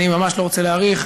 אני ממש לא רוצה להאריך,